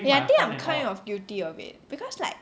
eh I think I'm kind of guilty of it because like